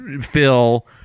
Phil